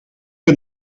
que